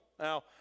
Now